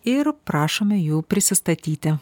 ir prašome jų prisistatyti